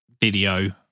video